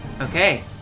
Okay